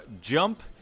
jump